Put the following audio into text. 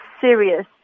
serious